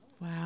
Wow